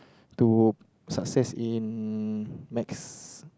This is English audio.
to success in Math